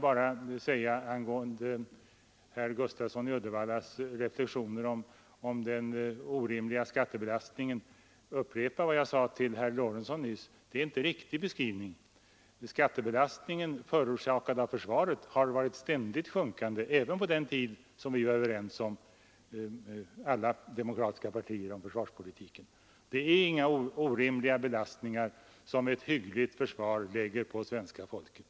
Beträffande herr Gustafssons i Uddevalla reflexioner om den orimliga skattebelastningen vill jag bara upprepa vad jag sade till herr Lorentzon, nämligen att det inte är en riktig beskrivning som getts här. Skattebelastningen förorsakad av försvaret har varit ständigt i sjunkande även under den tid då alla de demokratiska partierna var överens om försvarspolitiken. Det är inga orimliga belastningar som ett hyggligt försvar lägger på svenska folket.